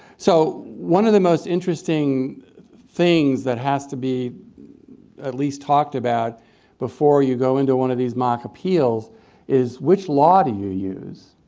so one of the most interesting things that has to be at least talked about before you go into one of these mock appeals is which law do you use,